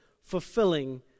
fulfilling